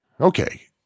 Okay